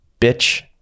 bitch